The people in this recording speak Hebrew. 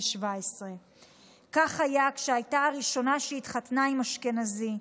17. כך היה כשהייתה הראשונה שהתחתנה עם אשכנזי,